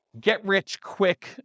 get-rich-quick